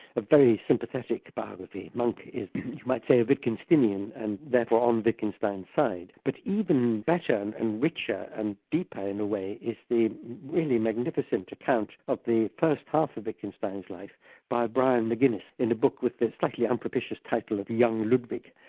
a very sympathetic biographer. monk is, you might say, a wittgenstinian and therefore on wittgenstein's side. but even better and and richer and deeper in a way, is the really magnificent account of the first half of wittgenstein's life by brian mcguinness, in the book with the slightly unpropitious title of young ludwig.